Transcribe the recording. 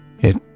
It